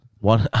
One